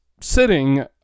sitting